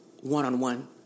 one-on-one